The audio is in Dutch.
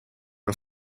een